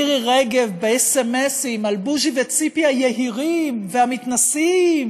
מירי רגב בסמ"סים על בוז'י וציפי היהירים והמתנשאים,